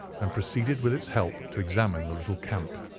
and proceeded with its help to examine the little camp.